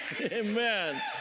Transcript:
amen